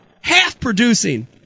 half-producing